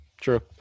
True